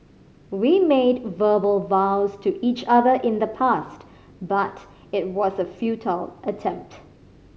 we made verbal vows to each other in the past but it was a futile attempt